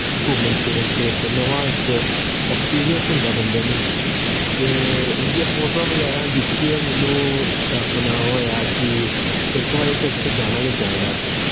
घुम्मन फिरन ते इक नमां इक एक्सपीरियंस होंदा बंदे नू ते उं'दियां फोटोआं बगैरा दिक्खियै मेनू अपना होआ कि इक बारी ते उत्थै जाना गै चाहिदा